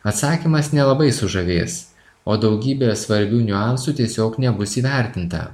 atsakymas nelabai sužavės o daugybė svarbių niuansų tiesiog nebus įvertinta